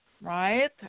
right